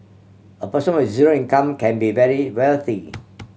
a person with zero income can be very wealthy